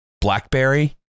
Blackberry